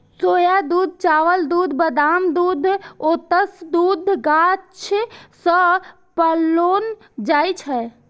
सोया दूध, चावल दूध, बादाम दूध, ओट्स दूध गाछ सं पाओल जाए छै